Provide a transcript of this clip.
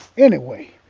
anyway,